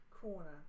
corner